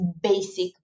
basic